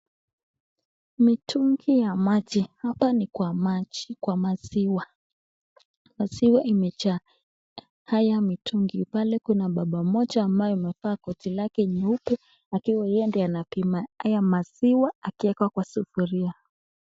Mitungi ya maji, hapa ni kwa maziwa. Maziwa imejaa haya mitungi. Pale kuna baba moja ambaye amevaa koti lake nyeupe akiwa yeye ndiye anapima haya maziwa akiweka kwa sufuria.